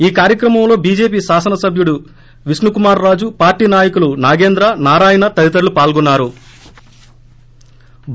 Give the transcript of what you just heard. ఈ కార్యక్రమంలో బీజేపీ శాసన సభ్యుడు విష్ణు కుమార్ రాజు పార్టీ నాయకులు నాగేంద్ర నారాయణ తదితరులు పాల్గొన్నారు